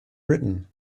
britain